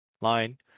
line